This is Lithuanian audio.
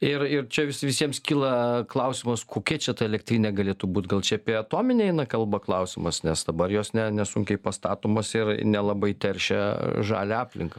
ir ir čia vis visiems kyla klausimas kokia čia ta elektrinė galėtų būt gal čia apie atominę eina kalba klausimas nes dabar jos ne nesunkiai pastatomos ir nelabai teršia žalią aplinką